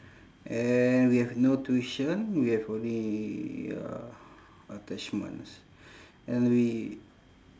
and we have no tuition we have only uh attachments and we